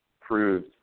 proved